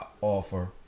offer